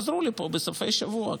חזרו לפה בסופי שבוע.